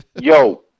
Yo